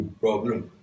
problem